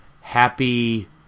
happy